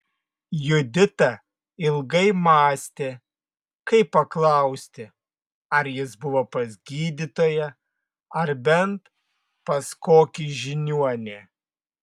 judita ilgai mąstė kaip paklausti ar jis buvo pas gydytoją ar bent pas kokį žiniuonį